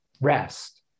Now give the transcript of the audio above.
rest